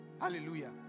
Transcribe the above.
Hallelujah